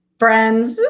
friends